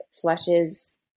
flushes